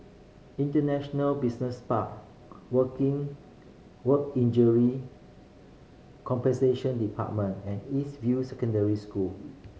International Business Park Working Work Injury Compensation Department and East View Secondary School